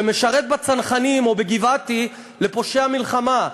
שמשרת בצנחנים או בגבעתי, לפושע מלחמה?